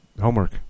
homework